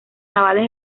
navales